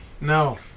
no